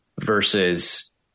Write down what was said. versus